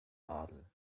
adel